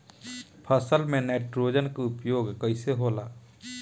फसल में नाइट्रोजन के उपयोग कइसे होला?